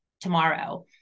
tomorrow